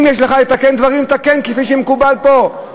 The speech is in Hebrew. אם יש לך לתקן דברים, תקן כפי שמקובל פה.